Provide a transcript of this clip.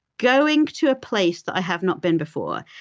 going to a place that i have not been before.